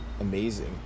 Amazing